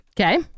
Okay